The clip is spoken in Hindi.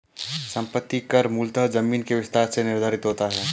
संपत्ति कर मूलतः जमीन के विस्तार से निर्धारित होता है